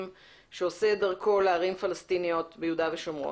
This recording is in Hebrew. שעושה את דרכו לערים פלסטיניות ביהודה ושומרון.